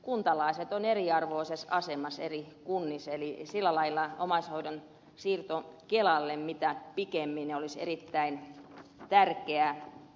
kuntalaiset ovat siis eriarvoisessa asemassa eri kunnissa eli sillä lailla omaishoidon tuen siirto kelalle mitä pikimmin olisi erittäin tärkeä asia